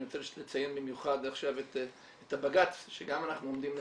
אני רוצה לציין עכשיו במיוחד את הבג"צ שגם אנחנו עומדים בפניו,